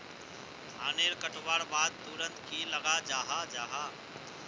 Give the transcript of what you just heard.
धानेर कटवार बाद तुरंत की लगा जाहा जाहा?